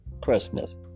Christmas